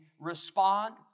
respond